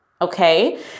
Okay